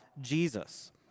Jesus